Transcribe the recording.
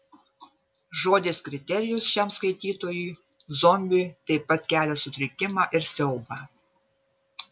žodis kriterijus šiam skaitytojui zombiui taip pat kelia sutrikimą ir siaubą